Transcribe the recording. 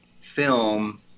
film